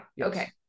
okay